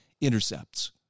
intercepts